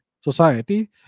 society